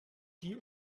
die